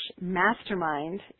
mastermind